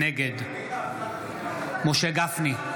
נגד משה גפני,